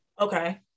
Okay